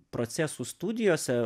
procesų studijose